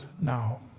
now